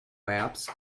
maps